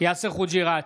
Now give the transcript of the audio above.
יאסר חוג'יראת,